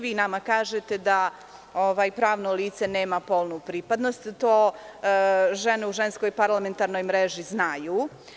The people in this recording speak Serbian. Vi nama kažete da pravno lice nema polnu pripadnost, što žene u Ženskoj parlamentarnoj mreži znaju.